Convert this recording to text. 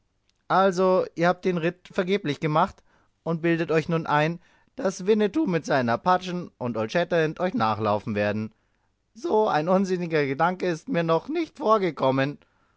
also ihr habt den ritt vergeblich gemacht und bildet euch nun ein daß winnetou mit seinen apachen und old shatterhand euch nachlaufen werden so ein unsinniger gedanke ist mir doch noch nicht vorgekommen